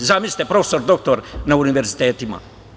Zamislite, profesor doktor na univerzitetima.